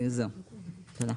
תודה.